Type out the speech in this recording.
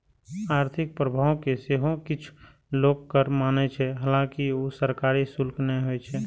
आर्थिक प्रभाव कें सेहो किछु लोक कर माने छै, हालांकि ऊ सरकारी शुल्क नै होइ छै